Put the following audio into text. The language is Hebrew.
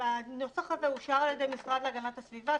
הנוסח הזה אושר על ידי המשרד להגנת הסביבה,